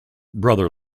brother